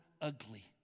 ugly